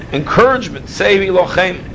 encouragement